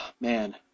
man